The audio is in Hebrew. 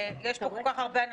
יש פה כל כך הרבה אנשים,